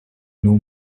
know